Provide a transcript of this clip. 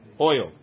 oil